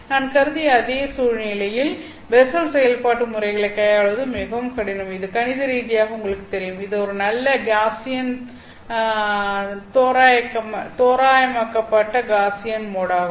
நான் கருதிய அதே சூழ்நிலையில் பெஸ்ஸல் செயல்பாட்டு முறைகளைப் கையாளுவது மிகவும் கடினம் இது கணித ரீதியாக உங்களுக்குத் தெரியும் இது ஒரு நல்ல காஸியன் இந்த தோராயமாக்கப்பட்ட காஸியன் மோடாகும்